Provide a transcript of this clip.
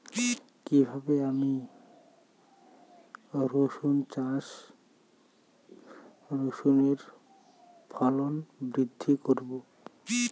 কীভাবে আমি রসুন চাষে রসুনের ফলন বৃদ্ধি করব?